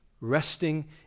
Resting